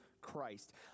Christ